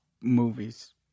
movies